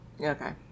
okay